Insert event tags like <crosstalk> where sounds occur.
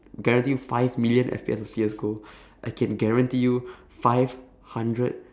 guarantee you five million F_P_S on C_S go <breath> I can guarantee you five hundred